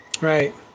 right